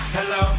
Hello